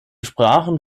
sprachen